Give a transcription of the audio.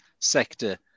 sector